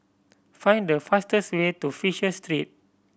find the fastest way to Fisher Street